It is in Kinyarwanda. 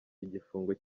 igifungo